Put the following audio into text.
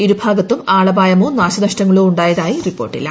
ഇരു ഭാഗത്തും ആളപായമോ നാശനഷ്ടങ്ങളോ ഉായതായി റിപ്പോർട്ടില്ല